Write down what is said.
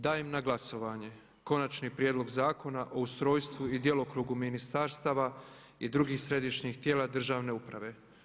Dajem na glasovanje konačni prijedlog Zakona o ustrojstvu i djelokrugu ministarstava i drugih središnjih tijela državne uprave.